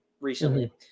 recently